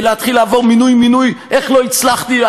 להתחיל לעבור מינוי-מינוי איך לא הצלחתי,